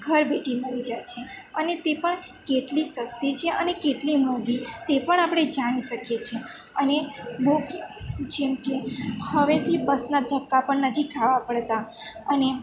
ઘર બેઠી મળી જાય છે અને તે પણ કેટલી સસ્તી છે અને કેટલી મોંઘી તે પણ આપણે જાણી શકીએ છીએ અને બુક જેમકે હવેથી બસના ધક્કા પણ નથી ખાવા પડતા અને